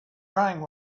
rang